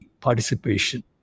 participation